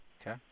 Okay